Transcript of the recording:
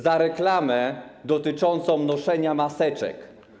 Za reklamę dotyczącą noszenia maseczek.